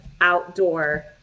outdoor